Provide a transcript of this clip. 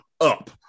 up